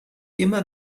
immer